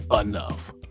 enough